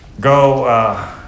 go